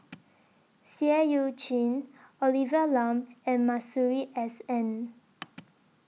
Seah EU Chin Olivia Lum and Masuri S N